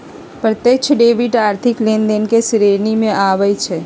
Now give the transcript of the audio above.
प्रत्यक्ष डेबिट आर्थिक लेनदेन के श्रेणी में आबइ छै